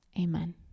Amen